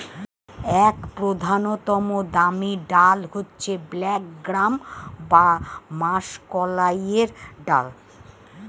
এক প্রধানতম দামি ডাল হচ্ছে ব্ল্যাক গ্রাম বা মাষকলাইয়ের ডাল